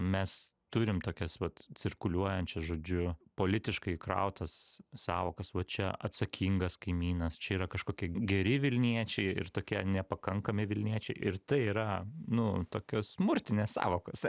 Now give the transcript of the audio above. mes turim tokias vat cirkuliuojančias žodžiu politiškai įkrautas sąvokas va čia atsakingas kaimynas čia yra kažkokie geri vilniečiai ir tokie nepakankami vilniečiai ir tai yra nu tokios smurtinės sąvokos